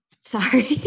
Sorry